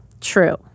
True